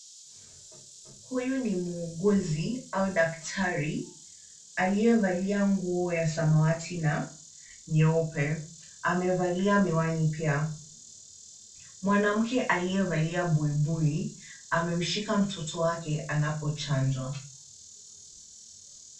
Huyu ni muuguzi au daktari aliyevalia nguo ya samawati na nyeupe. Amevalia miwani pia. Mwanamke aliyevalia buibui amemshika mtoto wake anapochanjwa.